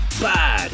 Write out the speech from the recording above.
bad